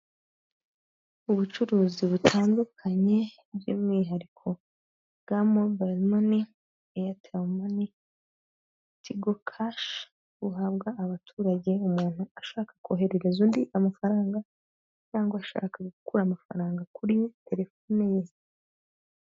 Ubucuruzi butandukanye by'umwihariko bwa mobayiro mani, Airtel money, Tigo kashi buhabwa abaturage, umuntu ashaka koherereza undi amafaranga cyangwa ashaka gukura amafaranga kuri telefoni ye.